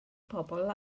pobl